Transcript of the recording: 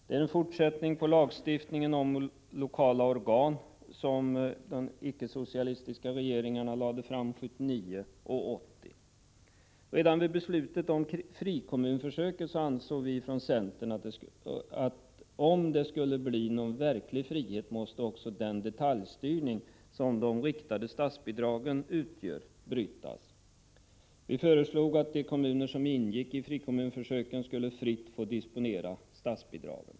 Det är en fortsättning på lagstiftningen om lokala organ, som de icke-socialistiska regeringarna lade fram förslag om 1979 och 1980. Redan i samband med beslutet om frikommunsförsöket ansåg vi från centern att om det skulle bli någon verklig frihet måste man också bryta den detaljstyrning som de riktade statsbidragen utgör. Vi föreslog att de kommuner som ingick i frikommunsförsöket skulle fritt få disponera statsbidragen.